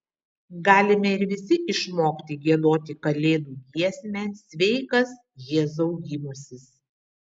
galime ir visi išmokti giedoti kalėdų giesmę sveikas jėzau gimusis